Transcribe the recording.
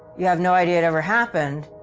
you have no idea it ever happened,